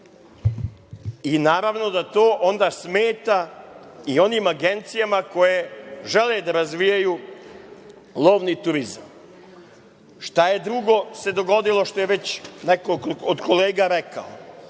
i naravno da to onda smeta i onima agencijama koje žele da razvijaju lovni turizam. Šta se drugo dogodilo što je već neko od kolega